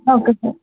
okay sir